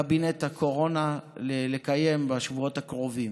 קבינט הקורונה לקיים בשבועות הקרובים.